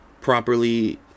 properly